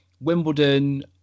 Wimbledon